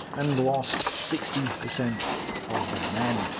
and lost sixty percent of their men.